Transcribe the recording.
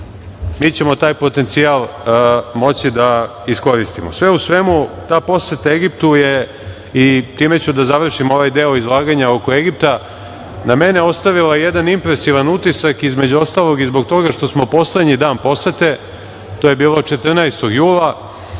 mi ćemo taj potencijal moći da iskoristimo. Sve u svemu, ta poseta Egiptu je, i time ću da završim ovaj deo izlaganja oko Egipta, na mene ostavila jedan impresivan utisak, između ostalog, i zbog toga što smo poslednji dan posete, to je bilo 14. jula,